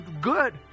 good